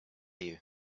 you